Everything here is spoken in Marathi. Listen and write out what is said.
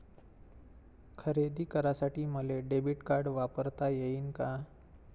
खरेदी करासाठी मले डेबिट कार्ड वापरता येईन का?